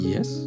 Yes